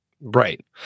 Right